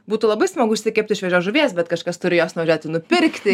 būtų labai smagu išsikepti šviežios žuvies bet kažkas turi jos nuvažiuoti nupirkti